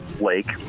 lake